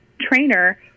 trainer